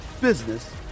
business